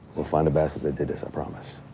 we'll find the bastards that did this. i promise.